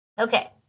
Okay